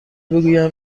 بگوییم